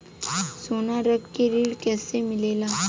सोना रख के ऋण कैसे मिलेला?